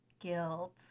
guilt